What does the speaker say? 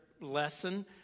lesson